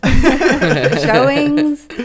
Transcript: showings